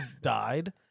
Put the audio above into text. died